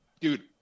dude